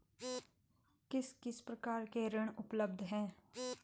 किस किस प्रकार के ऋण उपलब्ध हैं?